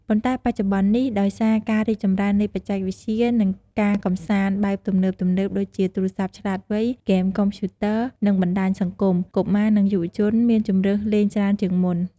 ប៉ុន្តែបច្ចុប្បន្ននេះ ដោយសារការរីកចម្រើននៃបច្ចេកវិទ្យា និងការកម្សាន្តបែបទំនើបៗ ដូចជាទូរស័ព្ទឆ្លាតវៃ ហ្គេមកុំព្យូទ័រ និងបណ្តាញសង្គម កុមារ និងយុវជនមានជម្រើសលេងច្រើនជាងមុន។